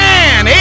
Man